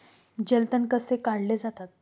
जलतण कसे काढले जातात?